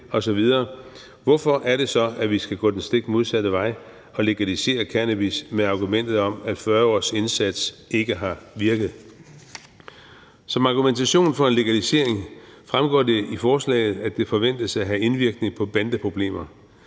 Hvorfor skal vi så gå den stik modsatte vej og legalisere cannabis med argumentet om, at 40 års indsats ikke har virket? Som argumentation for en legalisering fremgår det af forslaget, at det forventes at have indvirkning på bandeproblemer.